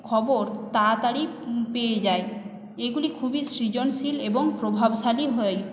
খবর তাড়াতাড়ি পেয়ে যায় এগুলি খুবই সৃজনশীল এবং প্রভাবশালী হয়